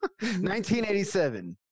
1987